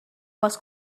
was